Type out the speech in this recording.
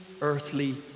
earthly